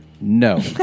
No